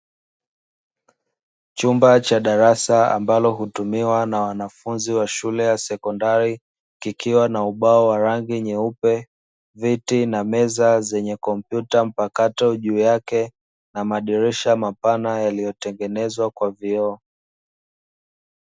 Chumba cha darasa ambalo hutumiwa na wanafunzi wa shule ya sekondari, kikiwa na ubao wa rangi nyeupe, viti na meza zenye kompyuta mpakato juu yake na madirisha mapana yaliyotengenezwa kwa vioo.